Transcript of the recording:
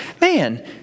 man